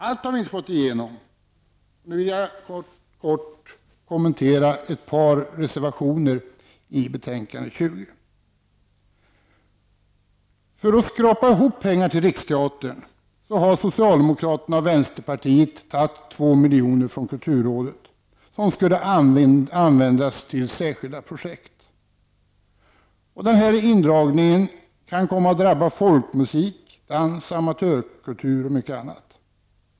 Vi har inte fått igenom allt, och jag vill kortfattat kommentera några av reservationerna i betänkande nr 20. För att kunna skrapa ihop pengar till Riksteatern har socialdemokraterna och vänsterpartiet tagit 2 miljoner från kulturrådet, som skulle användas till särskilda projekt. Denna indragning kan komma att drabba folkmusik, dans, amatörkultur m.m.